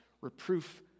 reproof